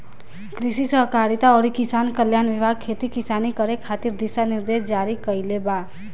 कृषि सहकारिता अउरी किसान कल्याण विभाग खेती किसानी करे खातिर दिशा निर्देश जारी कईले बा